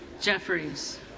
Jeffries